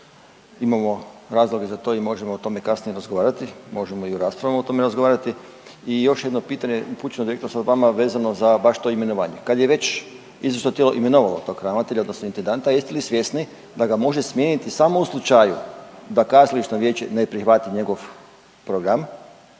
Imamo razloge za to i možemo o tome kasnije razgovarati, možemo i u raspravama o tome razgovarati. I još jedno pitanje upućeno direktno sad vam vezano za baš to imenovanje. Kad je već izvršno tijelo imenovalo tog ravnatelja odnosno intendanta jeste li svjesni da ga može smijeniti samo u slučaju da kazališno vijeće ne prihvati njegov program